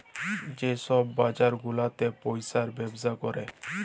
যে ছব বাজার গুলাতে পইসার ব্যবসা ক্যরে